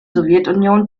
sowjetunion